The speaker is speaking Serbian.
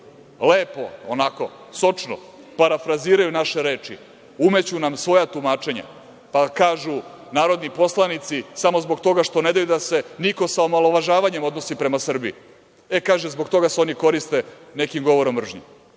lepo, onako sočno, parafraziraju naše reče, umeću nam svoja tumačenja, pa kažu – narodni poslanici, samo zbog toga što ne daju da se niko sa omalovažavanjem odnosi prema Srbiji, e kaže – zbog toga se oni koriste nekim govorom mržnje. Ne